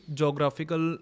geographical